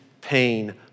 pain